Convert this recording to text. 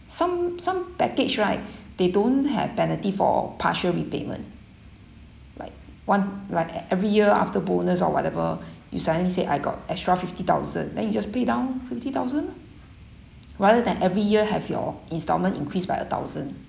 some some package right they don't have penalty for partial repayment like one like every year after bonus or whatever you suddenly say I got extra fifty thousand then you just pay down fifty thousand ah rather than every year have your installment increased by a thousand